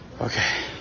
Okay